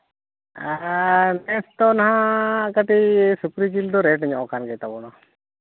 ᱦᱮᱸ ᱱᱮᱥ ᱫᱚ ᱱᱟᱜ ᱠᱟᱹᱴᱤᱡ ᱥᱩᱠᱨᱤ ᱡᱤᱞ ᱫᱚ ᱨᱮᱹᱴ ᱧᱚᱜ ᱠᱟᱱ ᱜᱮᱛᱟᱵᱚᱱᱟ